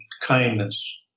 kindness